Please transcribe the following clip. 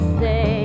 say